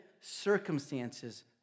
circumstances